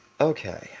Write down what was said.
Okay